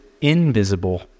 invisible